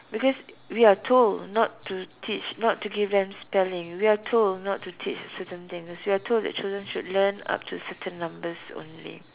because we are told not to teach not to give them spelling we are told not to teach certain things we are told that children should learn up to certain numbers only